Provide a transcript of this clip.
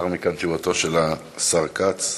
לאחר מכן, תשובתו של השר כץ.